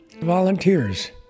volunteers